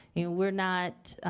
you know we're not,